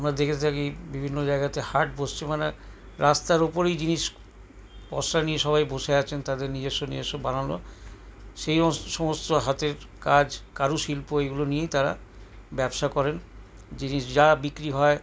আমরা দেখে থাকি বিভিন্ন জায়গাতে হাট বসছে মানে রাস্তার ওপরেই জিনিস পসরা নিয়ে সবাই বসে আছেন তাঁদের নিজস্ব নিজস্ব বানানো সেই সমস্ত হাতের কাজ কারুশিল্প এগুলো নিয়ে তারা ব্যবসা করেন জিনিস যা বিক্রি হয়